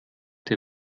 der